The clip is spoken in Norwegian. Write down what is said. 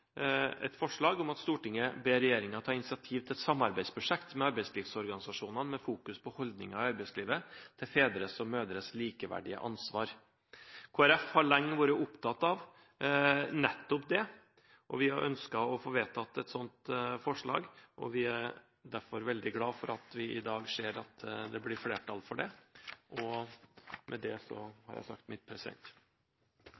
et forslag om at Stortinget ber regjeringen ta initiativ til et samarbeidsprosjekt med arbeidslivsorganisasjonene for å fokusere på holdninger i arbeidslivet til fedres og mødres likeverdige ansvar. Kristelig Folkeparti har lenge vært opptatt nettopp av det, vi har ønsket å få vedtatt et slikt forslag, og vi er derfor veldig glade for at vi i dag ser at det blir flertall for det. Med det